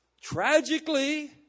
tragically